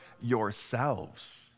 yourselves